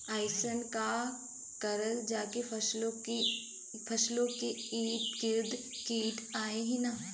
अइसन का करल जाकि फसलों के ईद गिर्द कीट आएं ही न?